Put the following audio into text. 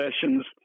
sessions